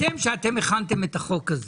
אתם כשאתם הכנתם את החוק הזה